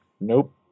nope